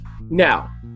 Now